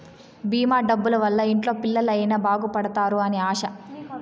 భీమా డబ్బుల వల్ల ఇంట్లో పిల్లలు అయిన బాగుపడుతారు అని ఆశ